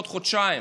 בעוד חודשיים.